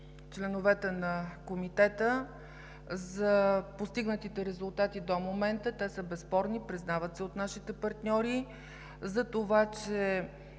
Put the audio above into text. членовете на Комитета за постигнатите резултати до момента, те са безспорни – признават се от нашите партньори, за това, че